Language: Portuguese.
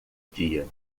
dia